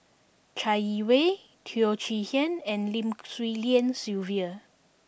Chai Yee Wei Teo Chee Hean and Lim Swee Lian Sylvia